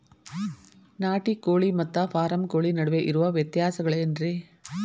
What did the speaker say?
ನಾಟಿ ಕೋಳಿ ಮತ್ತ ಫಾರಂ ಕೋಳಿ ನಡುವೆ ಇರೋ ವ್ಯತ್ಯಾಸಗಳೇನರೇ?